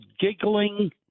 giggling